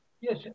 Yes